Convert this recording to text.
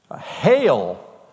Hail